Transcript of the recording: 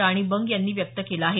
राणी बंग यांनी व्यक्त केलं आहे